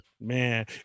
man